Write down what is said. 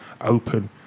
open